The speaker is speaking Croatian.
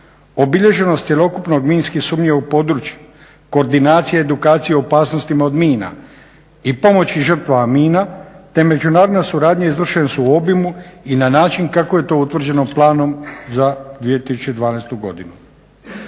Obilježenost cjelokupnog minski sumnjivog područja, koordinacija i edukacija o opasnostima od mina i pomoći žrtvama mina te međunarodna suradnja izvršeni su u obimu i na način kako je to utvrđeno planom za 2012. godinu.